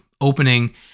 opening